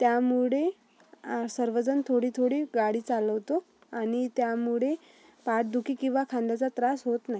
त्यामुळे सर्वजण थोडी थोडी गाडी चालवतो आणि त्यामुळे पाठदुखी किंवा खांद्याचा त्रास होत नाही